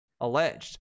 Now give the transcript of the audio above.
alleged